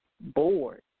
board